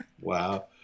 Wow